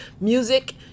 music